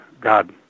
God